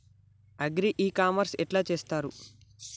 Agri e commerce ఎట్ల చేస్తరు?